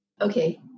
Okay